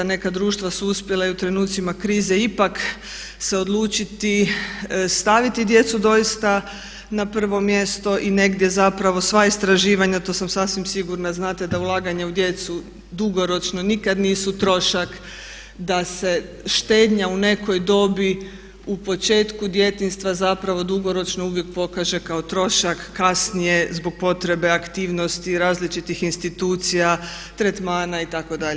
Neka društva su uspjela i u trenucima krize ipak se odlučiti staviti djecu doista na prvo mjesto i negdje zapravo sva istraživanja, to sam sasvim sigurna, znate da ulaganja u djecu dugoročno nikad nisu trošak, da se štednja u nekoj dobi u početku djetinjstva zapravo dugoročno uvijek pokaže kao trošak kasnije zbog potrebe aktivnosti različitih institucija, tretmana itd. itd.